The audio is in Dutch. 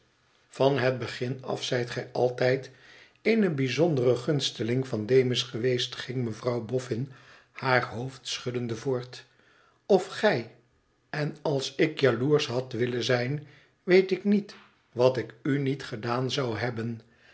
van het begin af zijt gij altijd eene bijzondere gunsteling van demus geweest ging mevrouw boffin haar hoofd schuddende voort f gij n als ik jaloersch had willen zijn weet ik niet wat ik u niet gedaan zou hebben